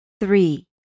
Three